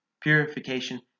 purification